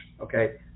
okay